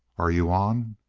are you on?